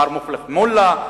מר מופלח מולא,